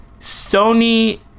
Sony